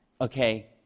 okay